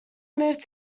moved